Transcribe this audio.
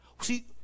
See